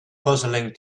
puzzling